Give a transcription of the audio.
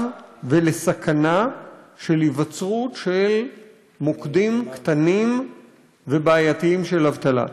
ולסכנה של היווצרות של מוקדים קטנים ובעייתיים של אבטלה.